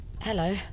Hello